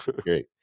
Great